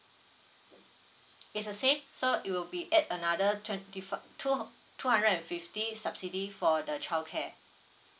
it's the same so it will be add another twenty four two two hundred and fifty subsidy for the child care